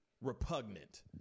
repugnant